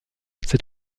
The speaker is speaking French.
c’est